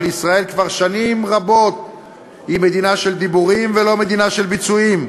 אבל ישראל היא שנים רבות מדינה של דיבורים ולא מדינה של ביצועים,